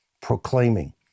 proclaiming